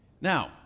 Now